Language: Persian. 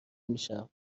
میشم، به